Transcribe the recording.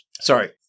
sorry